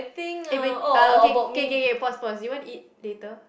eh wait uh okay K K K pause pause you want to eat later